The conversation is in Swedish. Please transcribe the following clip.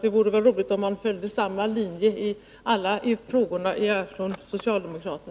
Det vore roligt om man från socialdemokratisk sida följde samma linje i alla frågor.